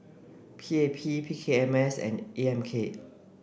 P A P P K M S and A M K